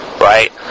right